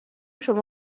شما